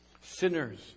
Sinners